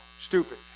stupid